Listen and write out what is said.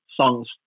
songs